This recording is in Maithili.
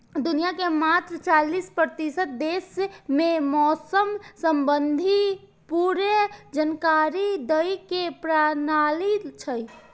दुनिया के मात्र चालीस प्रतिशत देश मे मौसम संबंधी पूर्व जानकारी दै के प्रणाली छै